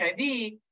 HIV